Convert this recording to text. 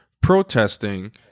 protesting